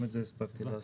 גם את זה הספקתי לעשות.